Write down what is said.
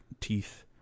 teeth